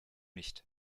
nicht